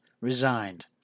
Resigned